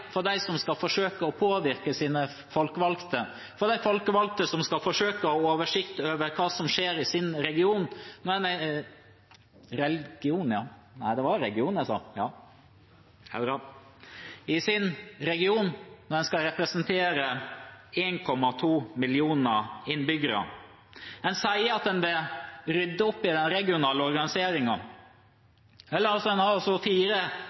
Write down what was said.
for dem som skal forsøke å påvirke sine folkevalgte – og for de folkevalgte som skal forsøke å ha oversikt over hva som skjer i sin region, når en skal representere 1,2 millioner innbyggere. En sier at en vil rydde opp i den regionale organiseringen. En har